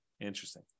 interesting